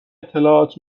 اطلاعات